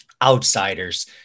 outsiders